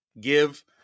give